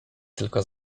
tylko